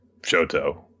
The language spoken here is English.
Shoto